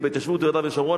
זה בהתיישבות ביהודה ושומרון,